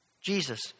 Jesus